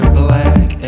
black